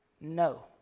No